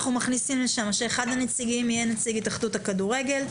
אנחנו מכניסים לשם שאחד הנציגים יהיה נציג התאחדות הכדורגל,